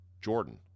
Jordan